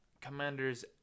commanders